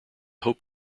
hope